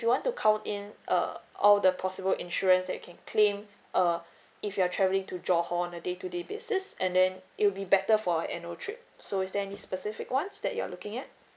you want to count in uh all the possible insurance that you can claim uh if you're travelling to johor on a day to day basis and then it will be better for annual trip so is there any specific ones that you're looking at